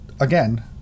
again